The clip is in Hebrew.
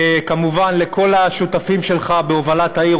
וכמובן לכל השותפים שלך בהובלת העיר.